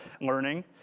learning